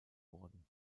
worden